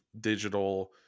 digital